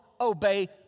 obey